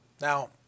Now